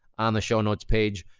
on the show notes page,